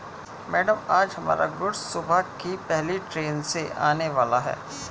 madam आज हमारा goods सुबह की पहली ट्रैन से आने वाला है